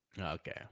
Okay